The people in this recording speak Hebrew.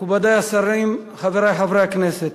מכובדי השרים, חברי חברי הכנסת,